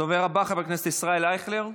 הדובר הבא, חבר הכנסת ישראל אייכלר,